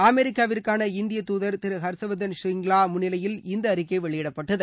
அமெரிக்காவிற்கான இந்திய தூதர் திரு ஹர்ஷ்வர்தன் சிரிய்ளா முன்னிலையில் இந்த அறிக்கை வெளியிடப்பட்டது